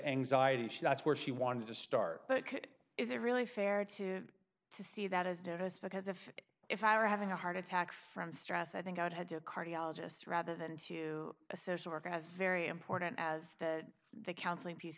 anxiety that's where she wanted to start but is it really fair to see that as notice because if if i were having a heart attack from stress i think i'd had a cardiologist rather than to a social worker has very important as that the counseling piece